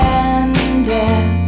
ended